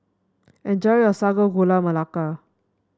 enjoy your Sago Gula Melaka